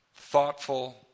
thoughtful